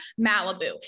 Malibu